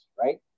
right